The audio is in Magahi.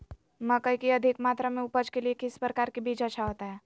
मकई की अधिक मात्रा में उपज के लिए किस प्रकार की बीज अच्छा होता है?